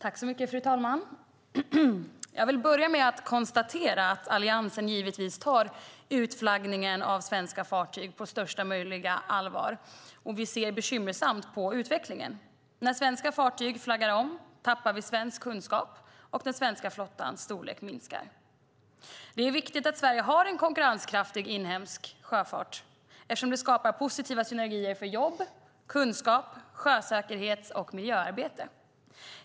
Fru talman! Jag vill börja med att konstatera att Alliansen givetvis tar utflaggningen av svenska fartyg på allra största allvar. Vi ser utvecklingen som bekymmersam. När svenska fartyg flaggar om tappar vi svensk kunskap, och den svenska flottans storlek minskar. Det är viktigt att Sverige har en konkurrenskraftig inhemsk sjöfart eftersom det skapar positiva synergier för jobb, kunskap samt sjösäkerhets och miljöarbete.